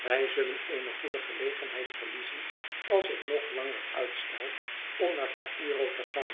wij zullen eene goede gelegenheid verliezen als ik nog langer uitstel om naar k a